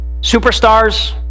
Superstars